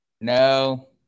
No